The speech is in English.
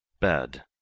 bad